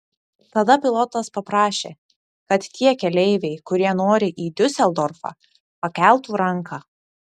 tada pilotas paprašė kad tie keleiviai kurie nori į diuseldorfą pakeltų ranką